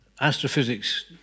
astrophysics